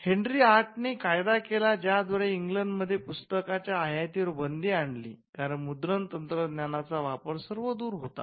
Henry आठ ने कायदा केला ज्या द्वारे इंग्लंडमध्ये पुस्तकांच्या आयातीवर बंदी आणली कारण मुद्रण तंत्रज्ञाना चा वापर सर्व दूर होता